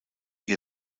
ihr